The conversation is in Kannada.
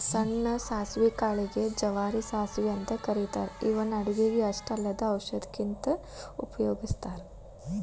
ಸಣ್ಣ ಸಾಸವಿ ಕಾಳಿಗೆ ಗೆ ಜವಾರಿ ಸಾಸವಿ ಅಂತ ಕರೇತಾರ ಇವನ್ನ ಅಡುಗಿಗೆ ಅಷ್ಟ ಅಲ್ಲದ ಔಷಧಕ್ಕಂತನು ಉಪಯೋಗಸ್ತಾರ